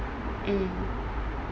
mm